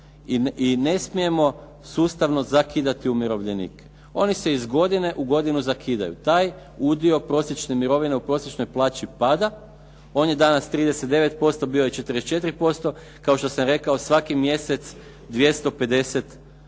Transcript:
i ne smijemo sustavno zakidati umirovljenike. Oni se iz godine u godinu zakidaju. Taj udio prosječne mirovine u prosječnoj plaći pada. On je danas 39%, bio je 44%. Kao što sam rekao svaki mjesec 250